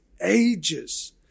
ages